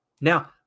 Now